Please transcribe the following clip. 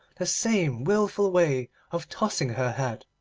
the same wilful way of tossing her head,